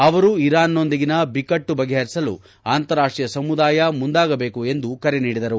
ಅವರು ಇರಾನ್ನೊಂದಿಗಿನ ಬಿಕ್ಕಟ್ಟು ಬಗೆಹರಿಸಲು ಅಂತಾರಾಷ್ಷೀಯ ಸಮುದಾಯ ಮುಂದಾಗಬೇಕು ಎಂದು ಕರೆ ನೀಡಿದರು